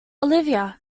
olivia